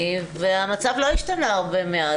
המצב לא השתנה הרבה מאז,